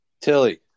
Tilly